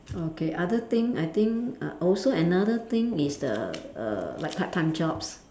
okay other thing I think uh also another thing is the err like part time jobs